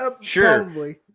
sure